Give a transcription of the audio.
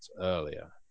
earlier